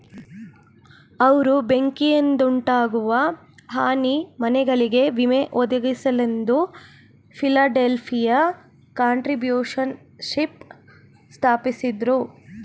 ಅವ್ರು ಬೆಂಕಿಯಿಂದಉಂಟಾಗುವ ಹಾನಿ ಮನೆಗಳಿಗೆ ವಿಮೆ ಒದಗಿಸಲೆಂದು ಫಿಲಡೆಲ್ಫಿಯ ಕಾಂಟ್ರಿಬ್ಯೂಶನ್ಶಿಪ್ ಸ್ಥಾಪಿಸಿದ್ರು